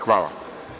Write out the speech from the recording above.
Hvala.